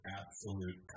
absolute